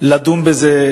לדון בזה,